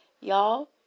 Y'all